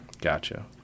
Gotcha